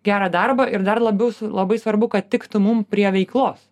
gerą darbą ir dar labiau labai svarbu kad tiktų mum prie veiklos